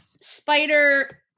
Spider